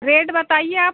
rate बताइए आप